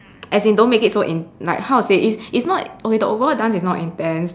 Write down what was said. as in don't make it so in~ like how to say it's it's not okay the overall dance is not intense